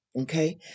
Okay